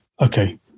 Okay